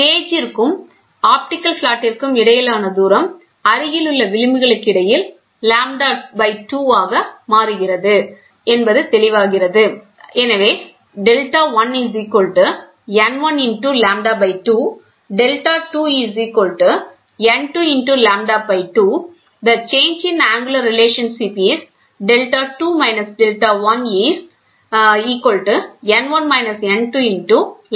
gauge ற்கும் optical பிளாட்டிற்கும் இடையிலான தூரம் அருகிலுள்ள விளிம்புகளுக்கு இடையில் λ 2 ஆக மாறுகிறது என்பது தெளிவாகிறது